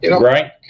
Right